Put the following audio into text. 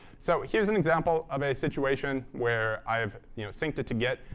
so here's an example of a situation where i've you know synced it to git.